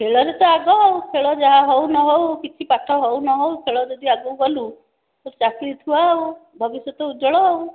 ଖେଳରେ ତ ଆଗ ଆଉ ଖେଳ ଯାହା ହେଉ ନ ହେଉ କିଛି ପାଠ ହେଉ ନ ହେଉ ଖେଳରେ ଯଦି ଆଗକୁ ଗଲୁ ତୋ ଚାକିରି ଥୁଆ ଆଉ ଭବିଶ୍ଵତ ଉଜ୍ଜ୍ବଳ ଆଉ